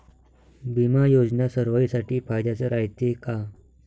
बिमा योजना सर्वाईसाठी फायद्याचं रायते का?